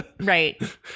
Right